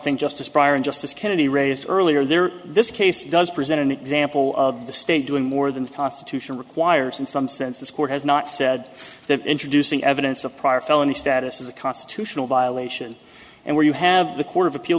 thing justice byron justice kennedy raised earlier there this case does present an example of the state doing more than the constitution requires in some sense this court has not said that introducing evidence of prior felony status is a constitutional violation and where you have the court of appeal